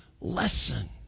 lesson